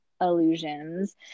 Illusions